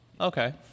okay